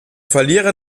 verlierer